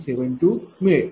452972 मिळेल